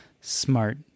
smart